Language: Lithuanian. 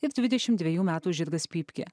ir dvidešim dvejų metų žirgas pypkė